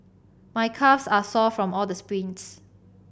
my calves are sore from all the sprints